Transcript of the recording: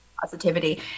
positivity